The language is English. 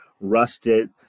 rusted